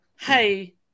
Hey